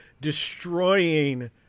destroying